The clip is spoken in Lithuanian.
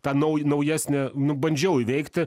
tą nauj naujesnį nu bandžiau įveikti